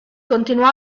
continuò